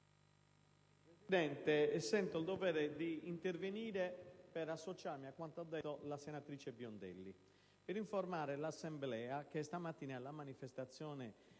Presidente, sento il dovere di intervenire per associarmi a quanto detto dalla senatrice Biondelli e per informare l'Assemblea che i malati di sclerosi